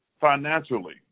financially